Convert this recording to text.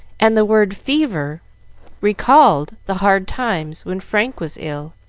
and the word fever recalled the hard times when frank was ill,